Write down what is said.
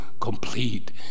complete